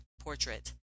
portrait